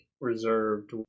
reserved